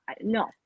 no